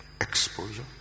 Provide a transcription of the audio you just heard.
exposure